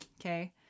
okay